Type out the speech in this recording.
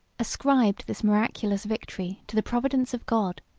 ascribed this miraculous victory to the providence of god,